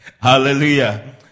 hallelujah